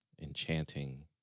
enchanting